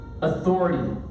authority